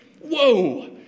Whoa